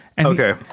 Okay